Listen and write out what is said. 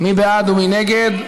מי בעד ומי נגד?